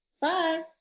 Bye